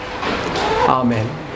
Amen